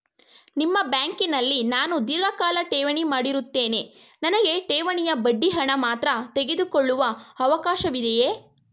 ನಿಮ್ಮ ಬ್ಯಾಂಕಿನಲ್ಲಿ ನಾನು ಧೀರ್ಘಕಾಲ ಠೇವಣಿ ಮಾಡಿರುತ್ತೇನೆ ನನಗೆ ಠೇವಣಿಯ ಬಡ್ಡಿ ಹಣ ಮಾತ್ರ ತೆಗೆದುಕೊಳ್ಳುವ ಅವಕಾಶವಿದೆಯೇ?